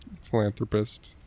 philanthropist